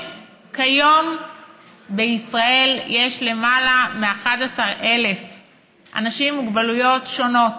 כיום בישראל יש יותר מ-11,000 אנשים עם מוגבלויות שונות,